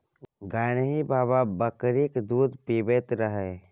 गान्ही बाबा बकरीक दूध पीबैत रहय